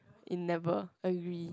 in never agree